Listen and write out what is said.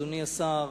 אדוני השר,